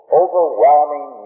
overwhelming